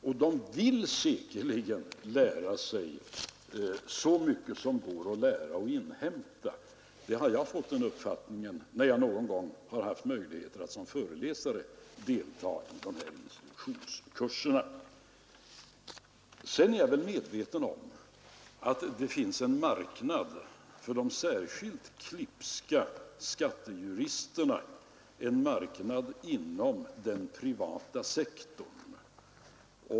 Och de vill säkerligen lära sig så mycket som det går att inhämta — den uppfattningen har jag fått när jag någon gång har medverkat som föreläsare vid instruktionskurserna. Sedan är jag väl medveten om att det finns en marknad för de särskilt klipska skattejuristerna, en marknad inom den privata sektorn.